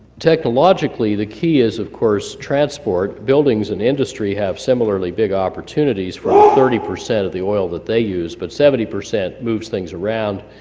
technologically, the key is, of course, transport. buildings and industry have similarly big opportunities for um thirty percent of the oil that they use, but seventy percent moves things around,